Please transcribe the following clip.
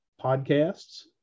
podcasts